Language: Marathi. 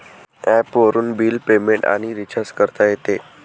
ॲपवरून बिल पेमेंट आणि रिचार्ज करता येते